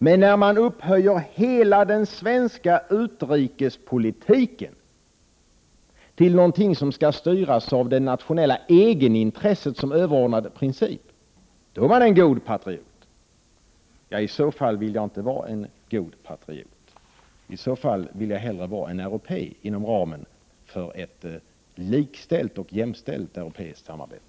Men när man upphöjer hela den svenska utrikespolitiken till något som skall styras av det nationella egenintresset som överordnad princip, är man en god patriot. Ja, i så fall vill jag inte vara en god patriot. I så fall vill jag hellre vara en europé inom ramen för ett likställt och jämställt europeiskt samarbete.